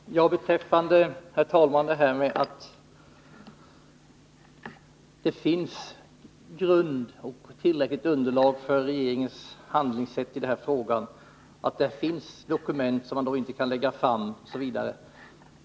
Herr talman! Karin Andersson säger att det i dokument som man inte kan lägga fram finns tillräcklig grund för regeringens handlingssätt i det här fallet.